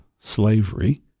slavery